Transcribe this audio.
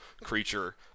creature